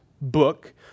book